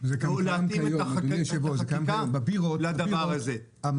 ולהתאים את החקיקה לדבר הזה -- אדוני היושב-ראש,